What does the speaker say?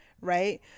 right